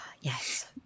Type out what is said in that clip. Yes